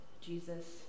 Jesus